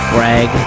Greg